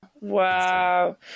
Wow